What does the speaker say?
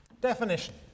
Definition